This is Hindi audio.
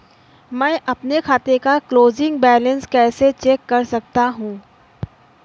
मैं अपने खाते का क्लोजिंग बैंक बैलेंस कैसे चेक कर सकता हूँ?